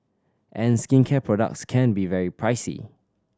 and skincare products can be very pricey